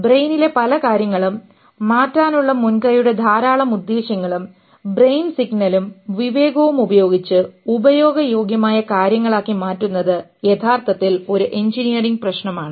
ബ്രെയിനിലെ പല കാര്യങ്ങളും മാറ്റാനുള്ള മുൻകൈയുടെ ധാരാളം ഉദ്ദേശ്യങ്ങളും ബ്രെയിൻ സിഗ്നലും വിവേകവും ഉപയോഗിച്ച് ഉപയോഗയോഗ്യമായ കാര്യങ്ങളാക്കി മാറ്റുന്നത് യഥാർത്ഥത്തിൽ ഒരു എഞ്ചിനീയറിംഗ് പ്രശ്നമാണ്